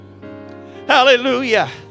Hallelujah